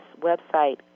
website